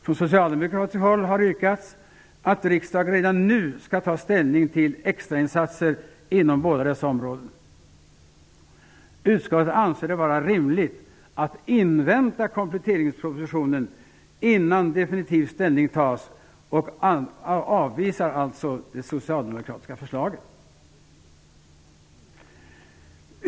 Från socialdemokratiskt håll har yrkats att riksdagen redan nu skall ta ställning till extrainsatser inom båda dessa områden. Utskottet anser det vara rimligt att invänta kompletteringspropositionen innan definitiv ställning tas och avvisar alltså de socialdemokratiska förslagen.